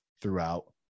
throughout